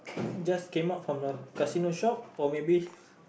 just came out from a casino shop or maybe